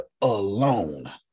alone